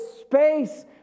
space